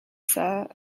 sir